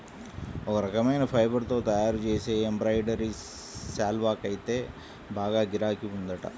ఒక రకమైన ఫైబర్ తో తయ్యారుజేసే ఎంబ్రాయిడరీ శాల్వాకైతే బాగా గిరాకీ ఉందంట